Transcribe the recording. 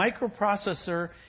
microprocessor